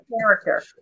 character